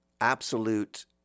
absolute